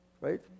right